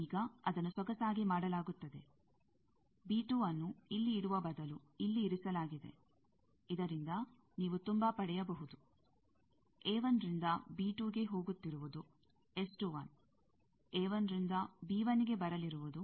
ಈಗ ಅದನ್ನು ಸೊಗಸಾಗಿ ಮಾಡಲಾಗುತ್ತದೆ ನ್ನು ಇಲ್ಲಿ ಇಡುವ ಬದಲು ಇಲ್ಲಿ ಇರಿಸಲಾಗಿದೆ ಇದರಿಂದ ನೀವು ತುಂಬಾ ಪಡೆಯಬಹುದು ರಿಂದ ಗೆ ಹೋಗುತ್ತಿರುವುದು ರಿಂದ ಗೆ ಬರಲಿರುವುದು